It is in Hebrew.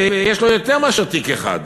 ויש לו יותר מתיק אחד.